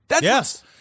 Yes